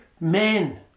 men